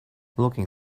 looking